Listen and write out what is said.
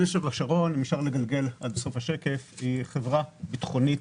נצר השרון היא חברה ביטחונית,